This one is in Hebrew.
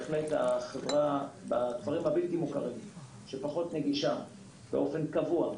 החברה בכפרים הבלתי מוכרים שפחות נגישה באופן קבוע,